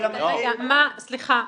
סליחה,